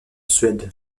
suède